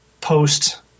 post